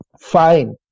Fine